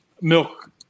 milk